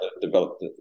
developed